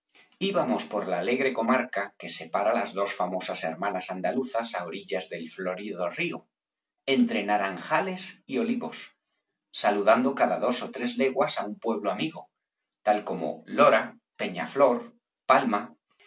íbamos por la alegre comarca que separa las dos famosas hermanas andaluzas á orillas del florido río entre naranjales y olivos saludando cada dos ó tres leguas á un pueblo amigo tal como lora peñaflor palma